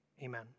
amen